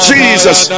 Jesus